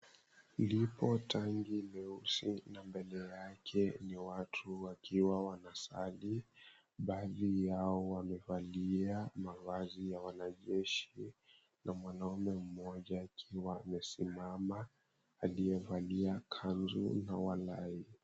Lipo tangi nyeusi na mbele yake ni watu wakiwa wanasali. Baadhi yao wamevalia mavazi ya wanajeshi na mwanaume mmoja akiwa amesimama aliyevalia kanzu na walai .